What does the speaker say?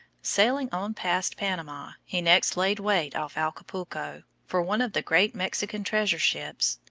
sailing on past panama, he next laid wait off acapulco for one of the great mexican treasure-ships,